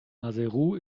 maseru